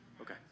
Okay